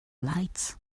lights